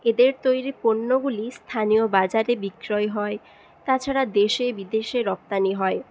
এদের তৈরি পণ্যগুলি স্থানীয় বাজারে বিক্রয় হয় তাছাড়া দেশে বিদেশে রপ্তানি হয়